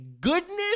goodness